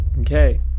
Okay